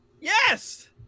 Yes